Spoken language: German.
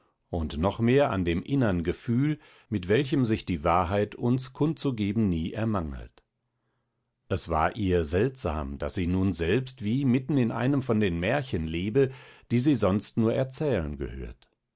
und noch mehr an dem innern gefühl mit welchem sich die wahrheit uns kundzugeben nie ermangelt es war ihr seltsam daß sie nun selbst wie mitten in einem von den märchen lebe die sie sonst nur erzählen gehört